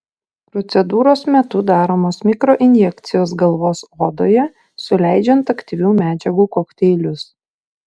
procedūros metu daromos mikroinjekcijos galvos odoje suleidžiant aktyvių medžiagų kokteilius